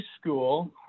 school